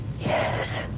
Yes